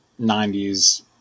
90s